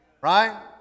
Right